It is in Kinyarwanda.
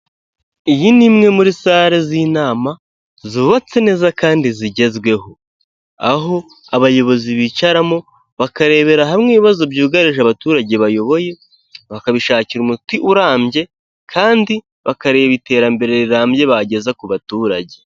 Iyi ni imwe muri sale z'inama zubatse neza kandi zigezweho, aho abayobozi bicaramo bakarebera hamwe ibibazo byugarije abaturage bayoboye bakabishakira umuti urambye kandi bakareba iterambere rirambye bageza ku baturage.